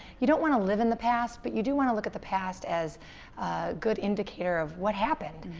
you don't want to live in the past, but you do want to look at the past as a good indicator of what happened,